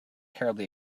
terribly